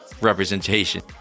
representation